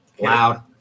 Loud